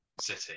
City